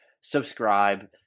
Subscribe